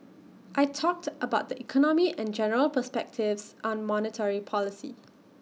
I talked about the economy and general perspectives on monetary policy